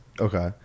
okay